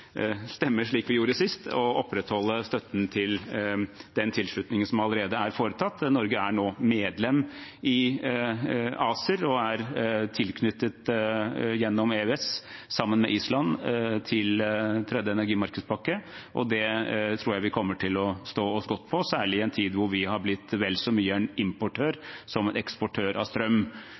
slik vi gjorde sist, og opprettholde støtten til den tilslutningen som allerede er foretatt. Norge er nå medlem i ACER og tilknyttet gjennom EØS sammen med Island til tredje energimarkedspakke, og det tror jeg vi kommer til å stå oss godt på, særlig i en tid da vi har blitt vel så mye importør som eksportør av strøm.